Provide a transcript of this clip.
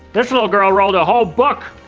this little girl wrote a whole book.